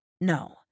No